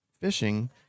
fishing